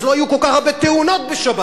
אז לא יהיו כל כך הרבה תאונות בשבת,